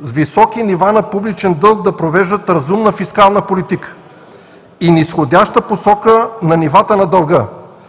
с високи нива на публичен дълг да провеждат разумна фискална политика и низходяща посока на нивата на дълга.